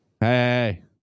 Hey